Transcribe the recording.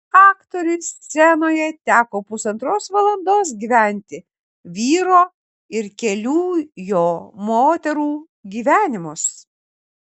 aktoriui scenoje teko pusantros valandos gyventi vyro ir kelių jo moterų gyvenimus